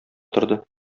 торды